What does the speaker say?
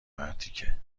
مرتیکه